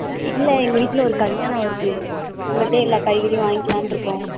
இல்லை எங்கள் வீட்டில் ஒரு கல்யாணம் வருது உங்கள்கிட்டையே எல்லா காய்கறியும் வாங்கிக்கலான்டுருக்கோம்